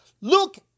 Look